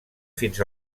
fins